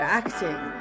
acting